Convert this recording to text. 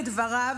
לדבריו,